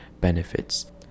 benefits